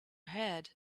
head